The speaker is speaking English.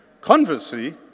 Conversely